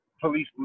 police